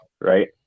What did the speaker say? right